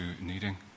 needing